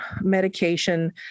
medication